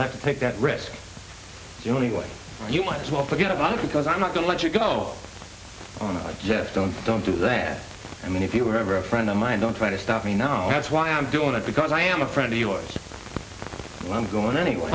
have to take that risk you know what you might as well forget about it because i'm not going to let you go on i just don't don't do that i mean if you were ever a friend of mine don't try to stop me now that's why i'm doing it because i am a friend of yours and i'm going anyway